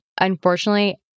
unfortunately